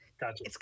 Gotcha